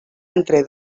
entre